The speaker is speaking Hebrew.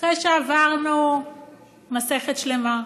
אחרי שעברנו מסכת שלמה,